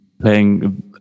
playing